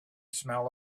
smell